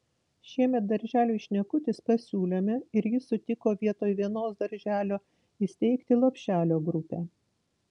šiemet darželiui šnekutis pasiūlėme ir jis sutiko vietoj vienos darželio įsteigti lopšelio grupę